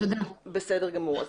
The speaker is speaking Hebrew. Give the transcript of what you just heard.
בסדר גמור.